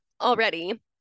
already